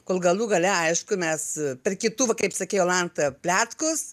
kol galų gale aišku mes per kitų va kaip sakei jolanta pliatkus